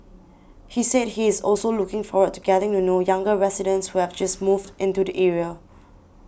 he said he is also looking forward to getting to know younger residents who have just moved into the area